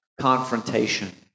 confrontation